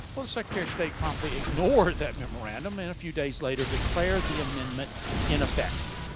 well the secretary of state promptly ignored that memorandum and a few days later declared the amendment in effect.